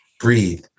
breathe